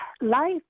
Life